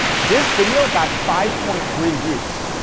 this video got five point three views.